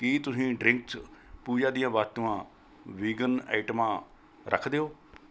ਕੀ ਤੁਸੀਂ ਡ੍ਰਿੰਕਸ ਪੂਜਾ ਦੀਆਂ ਵਸਤੂਆਂ ਵੀਗਨ ਆਇਟਮਾਂ ਰੱਖਦੇ ਹੋ